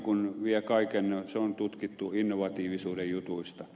pelko vie kaiken se on tutkittu innovatiivisuuden jutuista